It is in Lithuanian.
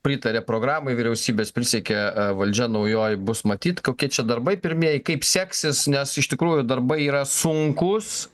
pritaria programai vyriausybės prisiekia valdžia naujoji bus matyt kokie čia darbai pirmieji kaip seksis nes iš tikrųjų darbai yra sunkūs